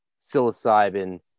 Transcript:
psilocybin